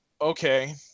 okay